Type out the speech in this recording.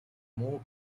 more